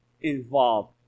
involved